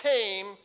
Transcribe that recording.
came